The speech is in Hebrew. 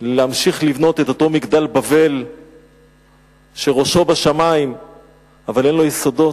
להמשיך לבנות את אותו מגדל בבל שראשו בשמים אבל אין לו יסודות.